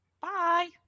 Bye